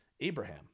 Abraham